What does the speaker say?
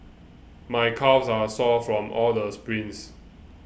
my calves are sore from all the sprints